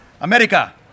America